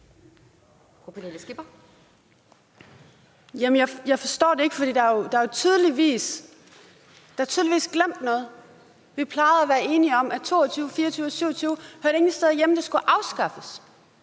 Jeg forstår det ikke. Der er jo tydeligvis glemt noget. Vi plejede at være enige om, at 22, 24 og 27 ikke hører nogen steder hjemme. De skulle afskaffes.